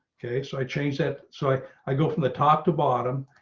okay, so i change that so i i go from the top to bottom.